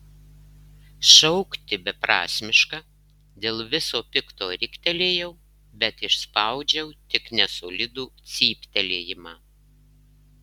šaukti beprasmiška dėl viso pikto riktelėjau bet išspaudžiau tik nesolidų cyptelėjimą